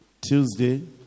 Tuesday